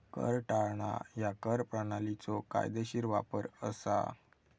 कर टाळणा ह्या कर प्रणालीचो कायदेशीर वापर असा